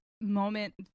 moment